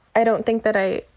i don't think that i,